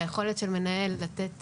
והיכולת של המנהל לתת